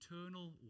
eternal